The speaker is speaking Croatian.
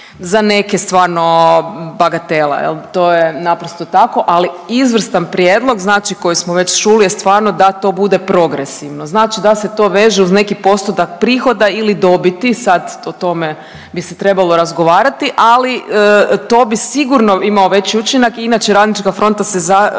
za neke stvarno bagatela, to je naprosto tako. Ali izvrstan prijedlog znači koji smo već čuli je stvarno da to bude progresivno, znači da se to veže uz neki postotak prihoda ili dobiti, sad o tome bi se trebalo razgovarati, ali to bi sigurno imao veći učinak inače RF se zalaže